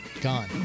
gone